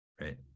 right